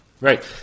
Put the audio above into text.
Right